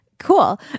cool